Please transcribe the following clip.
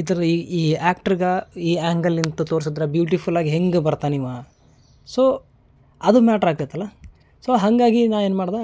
ಇದ್ರ ಈ ಈ ಆ್ಯಕ್ಟ್ರಿಗೆ ಈ ಆ್ಯಂಗಲಿಂದ ತೋರ್ಸಿದ್ರ ಬ್ಯೂಟಿಫುಲ್ಲಾಗೆ ಹೆಂಗೆ ಬರ್ತಾನೆ ಇವ ಸೊ ಅದು ಮ್ಯಾಟ್ರ್ ಆಗ್ತೈತಲ್ಲ ಸೊ ಹಾಗಾಗಿ ನಾನು ಏನು ಮಾಡ್ದೆ